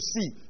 see